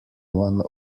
one